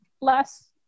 less